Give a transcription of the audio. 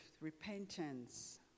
repentance